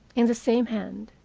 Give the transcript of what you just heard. in the same hand.